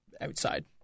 outside